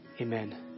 Amen